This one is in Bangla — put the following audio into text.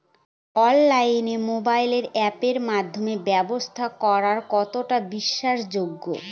অনলাইনে মোবাইল আপের মাধ্যমে ব্যাবসা করা কতটা বিশ্বাসযোগ্য?